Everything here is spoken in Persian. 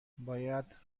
باید